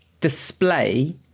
display